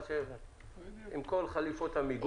כל חליפות המיגון.